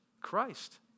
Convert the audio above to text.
Christ